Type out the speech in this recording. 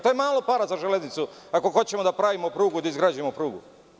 To je malo para za železnicu ako hoćemo da pravimo prugu i da izgrađujemo prugu.